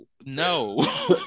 no